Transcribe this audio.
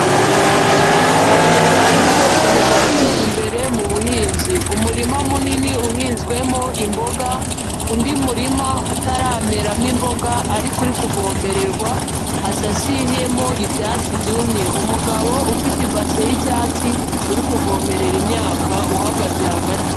Abanyarwanda bakomeje gutera imbere mu buhinzi. Umurima munini uhinzwemo imboga, undi murima utarameramo imboga ariko uri kuvomererwa, hasasiyemo ibyatsi byumye. Umugabo ufite ibase y'icyatsi uri kuvomerera imyaka uhagaze hagati.